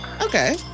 Okay